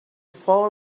fall